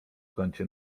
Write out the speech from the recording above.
kącie